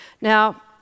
Now